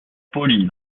polis